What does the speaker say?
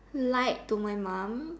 lied to my mom